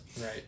Right